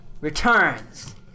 returns